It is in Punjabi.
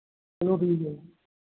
ਚੱਲੋਂ ਠੀਕ ਹੈ ਜੀ